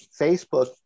Facebook